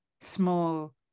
small